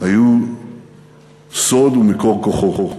היו סוד ומקור כוחו.